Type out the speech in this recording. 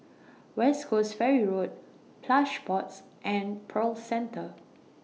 West Coast Ferry Road Plush Pods and Pearl Centre